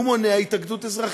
הם לא יטו בחירות.